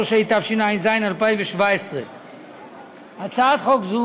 63), התשע"ז 2017. הצעת חוק זו